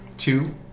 Two